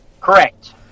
Correct